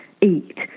eat